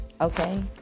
Okay